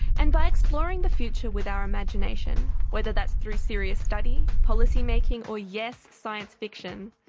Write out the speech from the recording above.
and by exploring the future with our imagination, whether that's through serious study, policy-making or, yes, science fiction,